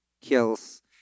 kills